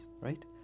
right